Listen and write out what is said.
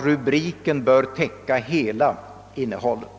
Rubriken bör täcka hela innehållet.